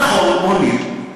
נכון, בונים,